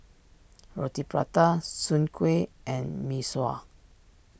Roti Prata Soon Kueh and Mee Surah